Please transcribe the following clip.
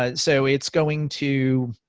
ah so it's going to